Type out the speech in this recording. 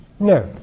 No